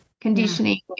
conditioning